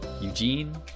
Eugene